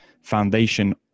foundation